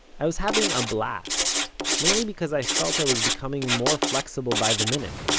i was having a blast, mainly because i felt i was becoming more flexible by the minute.